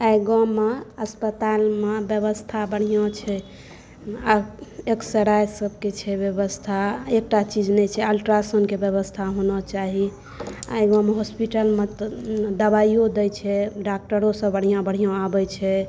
एहि गाममे अस्पतालमे व्यवस्था बढ़िआँ छै आ एक्सरेसभके छै व्यवस्था एकटा चीज नहि छै अल्ट्रासाउण्डके व्यवस्था होना चाही एहि गाममे हॉस्पीटलमे दबाइओ दैत छै डॉक्टरोसभ बढ़िआँ बढ़िआँ आबैत छै